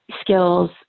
skills